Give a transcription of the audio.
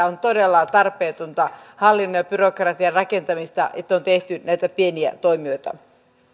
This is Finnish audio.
on todella tarpeetonta hallinnon ja ja byrokratian rakentamista että on tehty näitä pieniä toimijoita